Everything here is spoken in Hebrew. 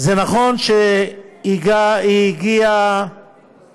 וזה נכון שהיא הגיעה